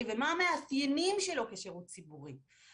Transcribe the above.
ומה הם המאפיינים שלו כשירות ציבורי.